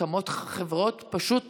קמות חברות, פשוט